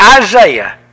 Isaiah